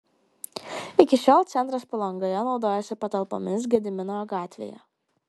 iki šiol centras palangoje naudojosi patalpomis gedimino gatvėje